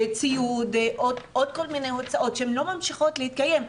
ציוד ועוד כל מיני הוצאות שלא ממשיכות להתקיים.